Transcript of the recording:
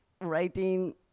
writing